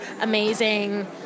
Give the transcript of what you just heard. amazing